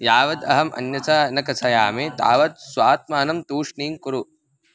यावद् अहम् अन्यं च न कथयामि तावत् स्वात्मानं तूष्णीं कुरु